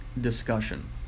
discussion